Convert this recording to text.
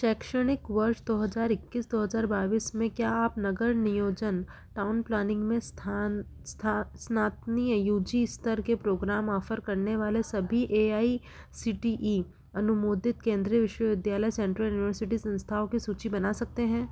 शैक्षणिक वर्ष दो हज़ार इक्कीस दो हज़ार बाइस में क्या आप नगर नियोजन टाउन प्लानिंग में स्थान स्नातनीय यू जी स्तर के प्रोग्राम ऑफ़र करने वाले सभी A I C T E अनुमोदित केंद्रीय विश्वविद्यालय सेंट्रल यूनिवर्सिटी संस्थाओं की सूचि बना सकते हैं